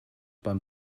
beim